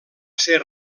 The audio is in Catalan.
ser